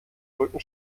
rücken